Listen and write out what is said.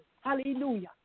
hallelujah